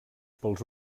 pels